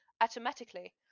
automatically